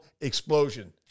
explosion